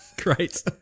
Great